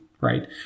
right